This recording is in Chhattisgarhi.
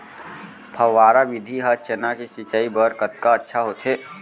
फव्वारा विधि ह चना के सिंचाई बर कतका अच्छा होथे?